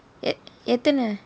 எத்தனை:ethanai